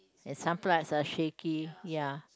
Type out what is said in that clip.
and some flights are shaky ya